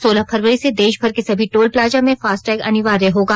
सोलह फरवरी से देशभर के सभी टोल प्लाजा में फासटैग अनिवार्य होगा